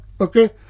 Okay